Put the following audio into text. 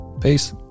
Peace